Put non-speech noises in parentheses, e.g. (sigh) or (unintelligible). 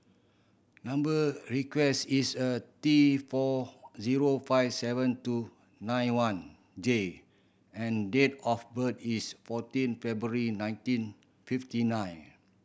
number (unintelligible) is a T four zero five seven two nine one J and date of birth is fourteen February nineteen fifty nine